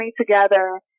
together